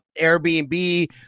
Airbnb